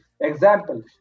Example